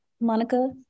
Monica